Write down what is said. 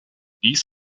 dies